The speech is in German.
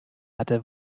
hatte